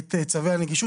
את צווי הנגישות.